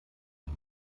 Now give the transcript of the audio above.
ein